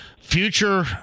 future